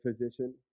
physician